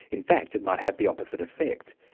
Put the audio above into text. in fact it might have the opposite effect,